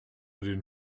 den